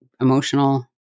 emotional